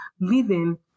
living